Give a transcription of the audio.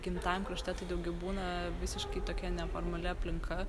gimtajam krašte tai daugiau būna visiškai tokia neformali aplinka